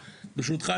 ברשותך,